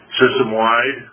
System-wide